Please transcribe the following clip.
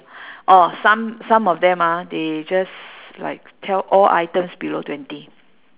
orh some some of them ah they just like sell all items below twenty